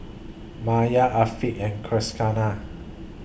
Maya Afiqah and Qaisara